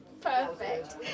Perfect